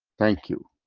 thank you.